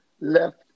left